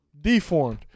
Deformed